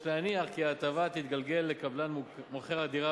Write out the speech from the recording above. יש להניח כי ההטבה תתגלגל לקבלן מוכר הדירה